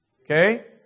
Okay